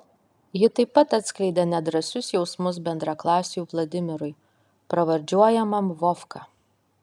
ji taip pat atskleidė nedrąsius jausmus bendraklasiui vladimirui pravardžiuojamam vovka